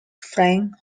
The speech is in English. frank